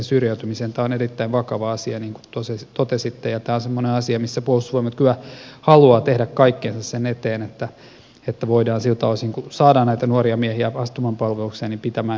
tämä on erittäin vakava asia niin kuin totesitte ja tämä on semmoinen asia missä puolustusvoimat kyllä haluaa tehdä kaikkensa sen eteen että voidaan siltä osin kuin saadaan näitä nuoria miehitä astumaan palvelukseen pitää heistä huolta